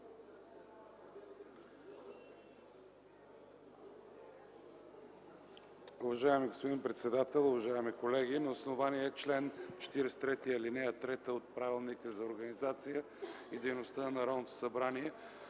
Уважаеми господин председател, уважаеми колеги! На основание чл. 43, ал. 3 от Правилника за организацията и дейността на Народното събрание